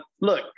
Look